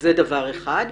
זה דבר אחד.